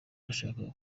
ndashaka